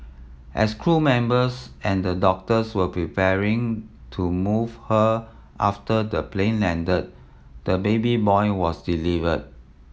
as crew members and the doctors were preparing to move her after the plane landed the baby boy was delivered